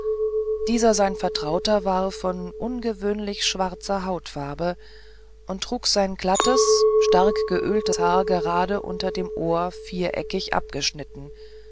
dieser sein vertrauter war von ungewöhnlich schwarzer hautfarbe und trug sein glattes stark geöltes haar gerade unter dem ohr viereckig abgeschnitten